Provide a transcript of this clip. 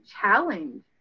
challenge